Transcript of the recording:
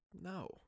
No